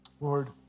Lord